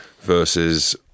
versus